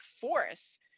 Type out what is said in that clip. force